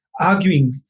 arguing